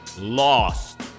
Lost